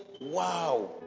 Wow